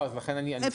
לכן אני שואל.